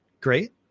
great